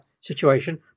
situation